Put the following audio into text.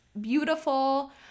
beautiful